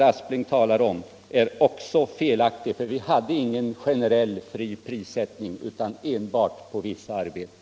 Vi har inte föreslagit någon generell sådan, utan enbart på vissa arbeten.